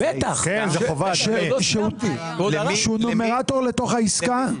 שהוא נומרטור לתוך העסקה?